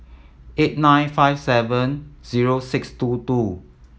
eight nine five seven zero six two two